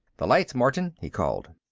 the lights, martin! he called.